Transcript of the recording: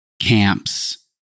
camps